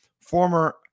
former